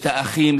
את האחים,